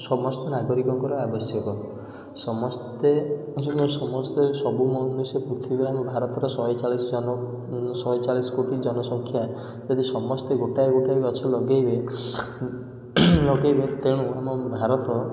ସମସ୍ତ ନାଗରିକଙ୍କର ଆବଶ୍ୟକ ସମସ୍ତେ ସମସ୍ତେ ସବୁ ମଣିଷ ପୃଥିବୀ ଆମ ଭାରତର ଶହେ ଚାଳିଶ ଶହେ ଚାଳିଶ କୋଟି ଜନସଂଖ୍ୟା ଯଦି ସମସ୍ତେ ଗୋଟାଏ ଗୋଟାଏ ଗଛ ଲଗାଇବେ ଲଗେଇବେ ତ ଆମ ଭାରତ